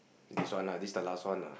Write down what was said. this one lah this the last one lah